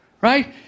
right